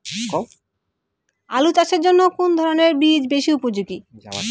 আলু চাষের জন্য কোন ধরণের বীজ বেশি উপযোগী?